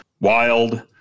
wild